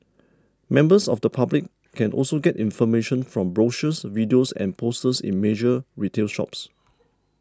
members of the public can also get information from brochures videos and posters in major retail shops